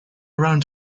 around